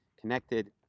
connected